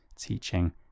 teaching